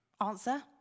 Answer